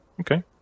Okay